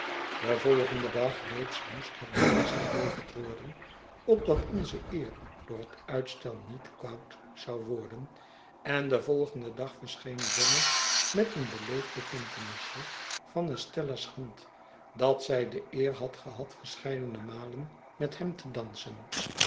den voigenden dag reeds moest het bewijs geleverd worden opdat onze eer door het uitstel niet koud zou worden en den voigenden dag verscheen drummle met een beleefd bekentenisje van estella's hand dat zij de eer had gehad verscheidene malen met hem te dansen